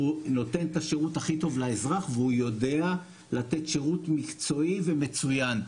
נותן את השירות הכי טוב לאזרח והוא יודע לתת שירות מקצועי ומצוין.